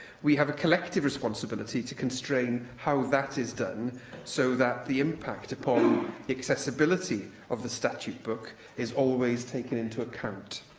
we have a collective responsibility to constrain how that is done so that the impact upon the accessibility of the statute book is always taken into account.